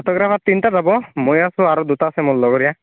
photographer তিনিটা যাব মই আছোঁ আৰু দুটা আছে মোৰ লগৰীয়া